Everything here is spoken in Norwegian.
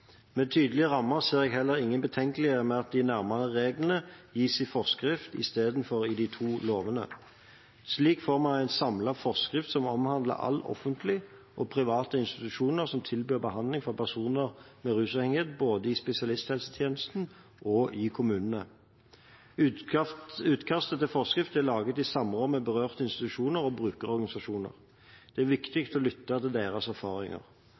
Med tydelige rammer ser jeg heller ingen betenkeligheter med at de nærmere reglene gis i forskrift istedenfor i de to lovene. Slik får man en samlet forskrift som omhandler alle offentlige og private institusjoner som tilbyr behandling for personer med rusavhengighet, både i